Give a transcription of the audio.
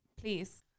Please